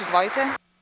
Izvolite.